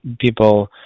people